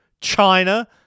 China